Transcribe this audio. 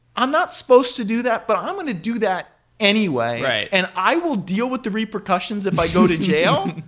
i'm not supposed to do that, but i'm going to do that anyway and i will deal with the repercussions if i go to jail.